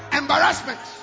embarrassment